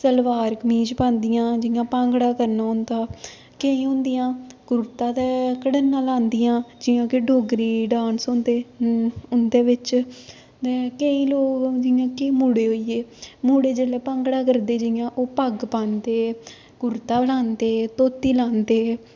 सलवार कमीज पांदियां जियां भांगड़ा करना होंदा केईं होंदियां कुर्ता ते घट्टना लांदियां जियां के डोगरी डांस होंदे उं'दे बिच्च ते केईं लोक जियां कि मुड़े होई गे मुड़े जेल्लै भांगड़ा करदे जियां ओह् पग्ग पांदे कुर्ता लांदे धोती लांदे